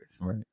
Right